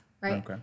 right